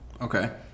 Okay